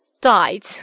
died